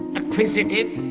acquisitive,